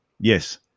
Yes